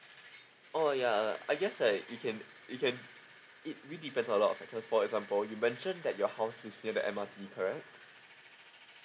oh yeah I guess like you can you can it will depends on a lot of factors for example you mentioned that your house is near the M_R_T correct